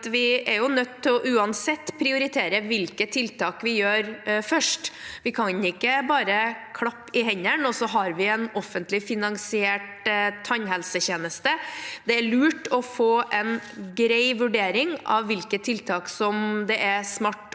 er nødt til å prioritere hvilke tiltak vi gjør først – vi kan ikke bare klappe i hendene og så har vi en offentlig finansiert tannhelsetjeneste. Det er lurt å få en grei vurdering av hvilke tiltak det er smart å